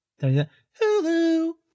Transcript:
Hulu